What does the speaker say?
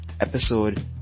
episode